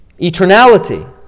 eternality